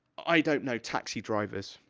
i don't know, taxi drivers,